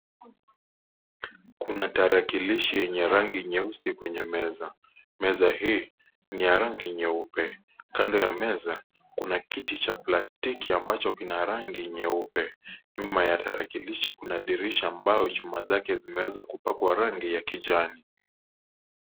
Kuna tarakilishi yenye rangi nyeusi kwenye meza. Meza hii, ni ya rangi nyeupe. Kando ya meza, kuna kiti cha plastiki ambacho kina rangi nyeupe. Nyuma ya tarakilishi, kuna dirisha ambayo chuma zake zimeweza kupakwa rangi za kijani.